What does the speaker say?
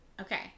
Okay